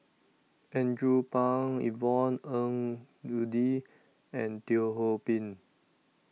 Andrew Phang Yvonne Ng Uhde and Teo Ho Pin